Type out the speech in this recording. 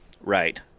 right